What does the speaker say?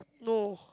no